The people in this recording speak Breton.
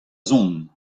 zont